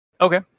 Okay